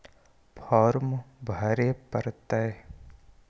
Farm भरे परतय?